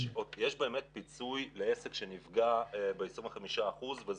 יש באמת פיצוי לעסק שנפגע ב-25% מהכנסותיו,